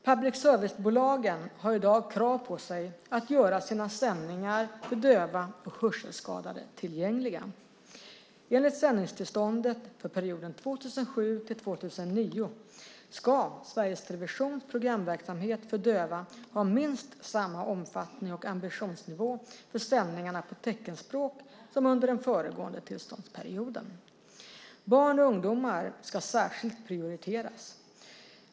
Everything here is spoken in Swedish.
Public service-bolagen har i dag krav på sig att göra sina sändningar tillgängliga för döva och hörselskadade. Enligt sändningstillståndet för perioden 2007-2009 ska Sveriges Televisions programverksamhet för döva ha minst samma omfattning och ambitionsnivå för sändningarna på teckenspråk som under den föregående tillståndsperioden. Barn och ungdomar ska särskilt prioriteras.